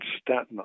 Staten